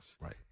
Right